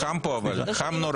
(היו"ר אופיר כץ) חם פה, חם נורא.